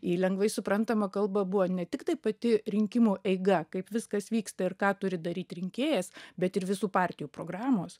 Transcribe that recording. į lengvai suprantamą kalbą buvo ne tiktai pati rinkimų eiga kaip viskas vyksta ir ką turi daryti rinkėjas bet ir visų partijų programos